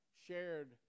shared